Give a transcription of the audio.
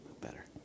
Better